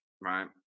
right